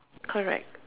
correct